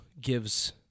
gives